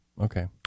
okay